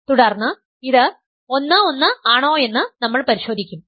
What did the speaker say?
തുടർന്ന് ഇത് 1 1 ആണോയെന്ന് നമ്മൾ പരിശോധിക്കും